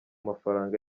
mafaranga